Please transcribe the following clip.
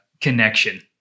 connection